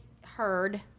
heard